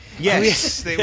yes